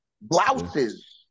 blouses